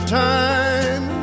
time